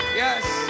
yes